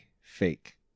Fake